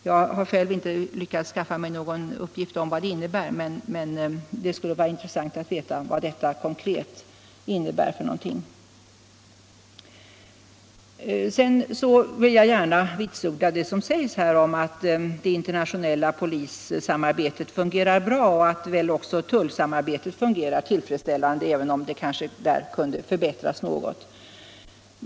Jag har själv inte lyckats skaffa mig någon uppgift om vad det innebär, men det skulle vara intressant att veta vad detta konkret betyder. Jag vill gärna vitsorda det som sägs om att det internationella polissamarbetet fungerar bra. Också tullsamarbetet fungerar tillfredsställande - även om det kunde förbättras något.